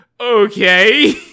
okay